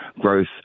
growth